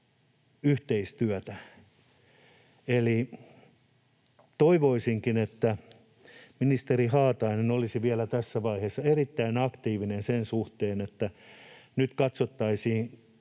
yhteistyötä. Toivoisinkin, että ministeri Haatainen olisi vielä tässä vaiheessa erittäin aktiivinen sen suhteen, että nyt katsottaisiin